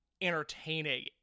entertaining